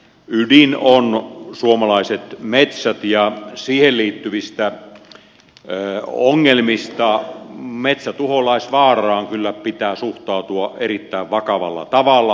biotalouden ydin on suomalaiset metsät ja niihin liittyvistä ongelmista metsätuholaisvaaraan kyllä pitää suhtautua erittäin vakavalla tavalla